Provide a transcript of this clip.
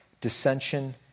dissension